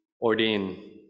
ordain